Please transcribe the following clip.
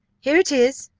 here it is,